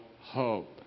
hope